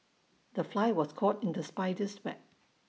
the fly was caught in the spider's web